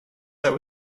there